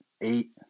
eight